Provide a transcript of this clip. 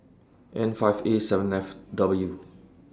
N five A seven F W